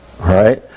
right